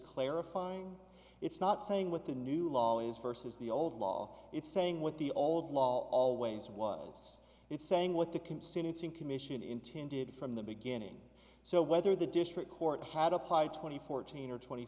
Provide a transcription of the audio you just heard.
clarifying it's not saying what the new law is versus the old law it's saying what the old law always was it's saying what the can soon it's in commission intended from the beginning so whether the district court had applied twenty fourteen or twenty